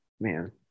man